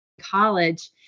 college